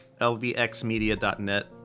lvxmedia.net